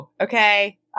Okay